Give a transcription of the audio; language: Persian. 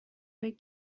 فکر